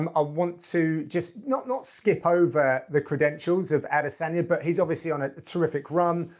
um i want to just not not skip over the credentials of adesanya, but he's obviously on a terrific run,